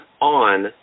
on